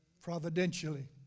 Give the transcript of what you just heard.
providentially